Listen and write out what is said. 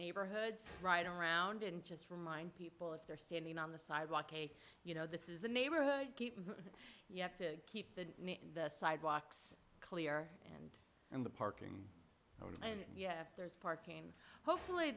neighborhoods right around and just remind people if they're standing on the sidewalk and you know this is a neighborhood keep you have to keep the the sidewalks clear and and the parking and yes there's parking hopefully